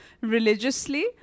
religiously